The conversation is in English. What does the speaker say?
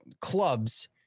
clubs